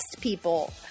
people